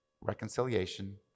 reconciliation